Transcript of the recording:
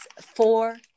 four